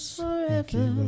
forever